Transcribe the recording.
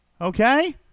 Okay